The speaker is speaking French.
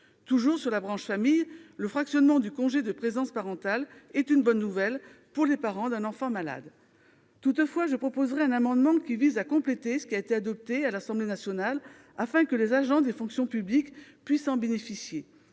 Toujours sur la branche famille, le fractionnement du congé de présence parentale est une bonne nouvelle pour les parents d'un enfant malade. Toutefois, je proposerai un amendement qui vise à compléter ce qui a été adopté à l'Assemblée nationale afin que les agents des fonctions publiques puissent en bénéficier.